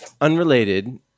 Unrelated